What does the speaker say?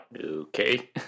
Okay